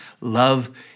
Love